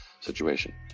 situation